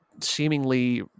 seemingly